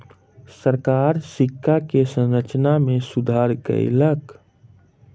सरकार सिक्का के संरचना में सुधार कयलक